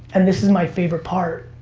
and this is my favorite part,